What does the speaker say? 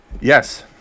Yes